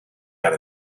out